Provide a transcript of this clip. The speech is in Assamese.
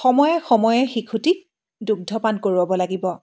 সময়ে সময়ে শিশুটিক দুগ্ধপান কৰোৱাব লাগিব